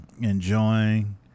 enjoying